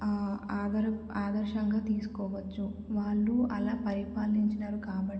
other ఆదర్శంగా తీసుకోవచ్చు వాళ్ళు అలా పరిపాలించినారు కాబట్టి